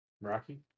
Rocky